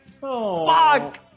Fuck